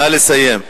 נא לסיים.